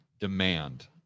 demand